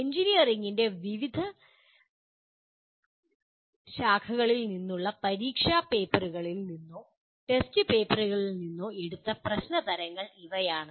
എഞ്ചിനീയറിംഗിന്റെ വിവിധ ശാഖകളിൽ നിന്നുള്ള പരീക്ഷാ പേപ്പറുകളിൽ നിന്നോ ടെസ്റ്റ് പേപ്പറുകളിൽ നിന്നോ എടുത്ത പ്രശ്നങ്ങതരങ്ങൾ ഇവയാണ്